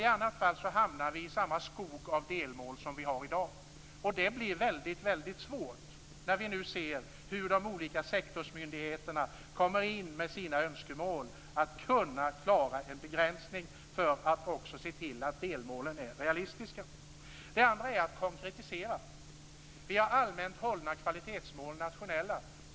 I annat fall hamnar vi i samma skog av delmål som vi har i dag. Det blir svårt att klara en begränsning när de olika sektorsmyndigheterna kommer in med sina önskemål. Vi måste se till att delmålen är realistiska. För det andra måste vi konkretisera delmålen. Vi har allmänt hållna nationella kvalitetsmål.